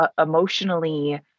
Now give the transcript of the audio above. emotionally